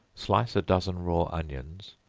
slice a dozen raw onions,